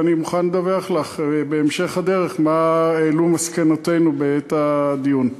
ואני מוכן לדווח לך בהמשך הדרך מה העלו מסקנותינו בעת הדיון.